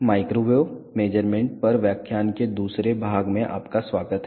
microwave measurement पर व्याख्यान के दूसरे भाग में आपका स्वागत है